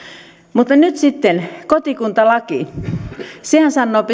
mutta nyt sitten kotikuntalaki sehän sanoo